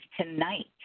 tonight